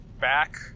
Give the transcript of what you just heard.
back